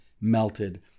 melted